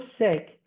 sick